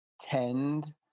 tend